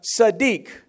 sadiq